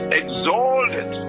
exalted